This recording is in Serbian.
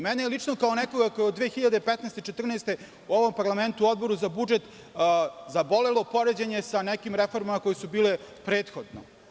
Meni je lično kao nekome ko je 2014. i 2015. godine u ovom parlamentu, u Odboru za budžet, zabolelo poređenje sa nekim reformama koje su bile prethodno.